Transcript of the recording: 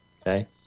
Okay